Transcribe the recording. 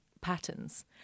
patterns